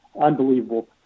unbelievable